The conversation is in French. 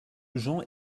jean